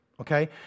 okay